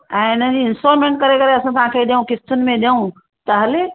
ऐं हिन जी इंस्टॉल्मेंट करे करे असां तव्हांखे ॾियूं किश्तियुनि में ॾियूं त हले